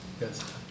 Yes